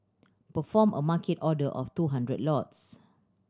perform a Market order of two hundred lots